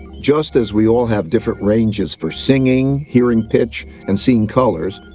just as we all have different ranges for singing, hearing pitch, and seeing colors,